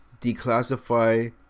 declassify